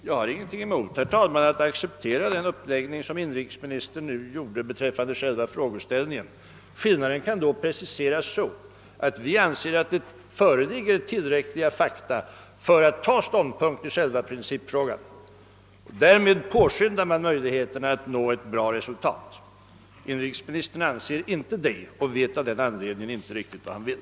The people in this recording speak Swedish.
Herr talman! Jag har ingenting emot att acceptera den uppläggning som inri kesministern nu gjorde beträffande själva frågeställningen. Skillnaden kan då preciseras så, att vi anser att det föreligger tillräckliga fakta för att ta ståndpunkt i principfrågan. Därmed påskyndar man möjligheterna att nå ett snabbt och gott resultat. Inrikesministern anser inte det och vet av den anledningen inte riktigt vad han vill.